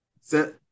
Set